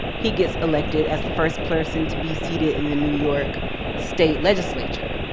he gets elected as the first person to be seated in the new york state legislature.